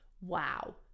wow